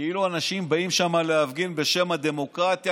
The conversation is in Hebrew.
כאילו אנשים באים לשם להפגין בשם הדמוקרטיה,